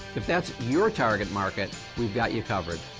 if that's your target market, we've got you covered.